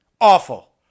Awful